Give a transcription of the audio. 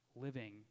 living